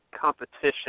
competition